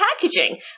packaging